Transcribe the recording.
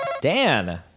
Dan